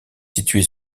situé